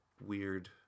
weird